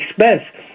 expense